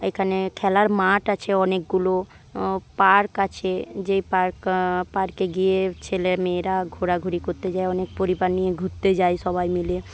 এখানে খেলার মাঠ আছে অনেকগুলো পার্ক আছে যেই পার্ক পার্কে গিয়ে ছেলেমেয়েরা ঘোরাঘুরি করতে যায় অনেক পরিবার নিয়ে ঘুরতে যায় সবাই মিলে